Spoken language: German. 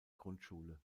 grundschule